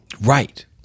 Right